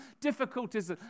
difficulties